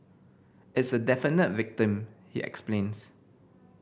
it's a definite victim he explains